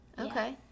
Okay